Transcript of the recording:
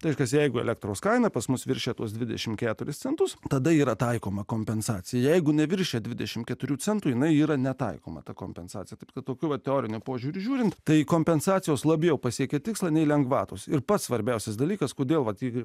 tai kas jeigu elektros kaina pas mus viršija tuos dvidešim keturis centus tada yra taikoma kompensacija jeigu neviršija dvidešim keturių centų jinai yra netaikoma ta kompensacija taip kad tokiu va teoriniu požiūriu žiūrint tai kompensacijos labiau pasiekė tikslą nei lengvatos ir pats svarbiausias dalykas kodėl matyt ir